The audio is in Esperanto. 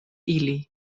ili